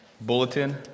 bulletin